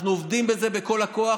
אנחנו עובדים על זה בכל הכוח,